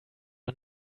are